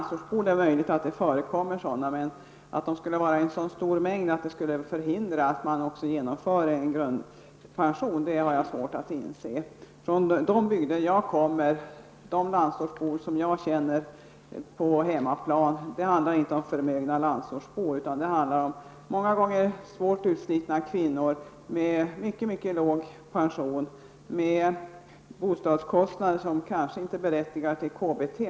Det är möjligt att det förkommer förmögna landsortsbor, men att det skulle göra det i så stor mängd att det skulle förhindra att man även genomförde grundpensionen har jag svårt att inse. När det gäller de landsortsbor som jag känner på hemmaplan handlar det inte förmögna landsortsbor, utan det handlar många gånger om svårt utslitna kvinnor med mycket låg pension, med bostadskostnader som kanske inte berättigar till KBT.